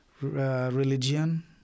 religion